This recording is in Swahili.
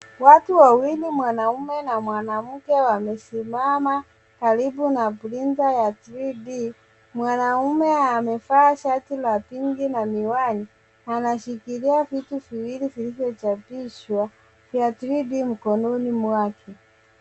Watu wawili mwanume na mwanamke wamesimama karibu na runinga ya 3D.Mwanaume amevaa shati la pinki na miwani, anashikilia vitu viwili vilivyo chapishwa vya 3D mkononi mwake.